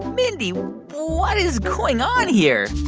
mindy, what is going on here?